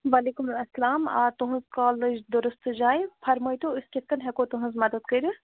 وعلیکُم السلام آ تُہٕنٛز کال لٔج دُرُست جایہِ فرمٲیتو أسۍ کِتھ کَنۍ ہٮ۪کو تُہٕنٛز مدَد کٔرِتھ